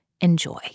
Enjoy